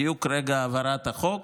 בדיוק ברגע העברת החוק,